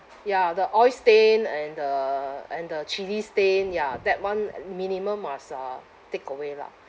ya the oil stain and the and the chilli stain ya that [one] minimum must uh take away lah